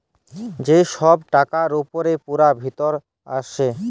যে ছব টাকার উপরে পুরা ফিরত আসে